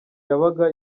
yabaga